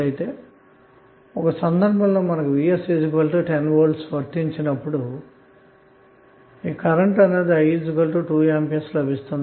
అటువంటప్పుడు vs10V వర్తింపచేస్తే current i2 A లభిస్తుంది